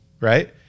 right